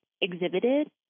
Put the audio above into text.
exhibited